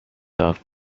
off